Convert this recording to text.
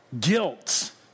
guilt